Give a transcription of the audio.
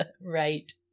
Right